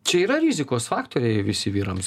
čia yra rizikos faktoriai visi vyrams